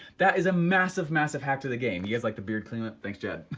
that is a massive, massive hack to the game. you guys like the beard, claimant. thanks jed.